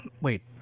Wait